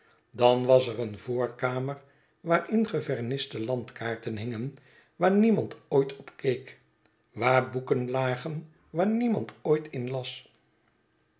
dan was er een voorkamer waarin geverniste landkaarten hingen waar niemand ooit op keek waar boeken lagen waar niemand ooit in las